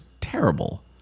terrible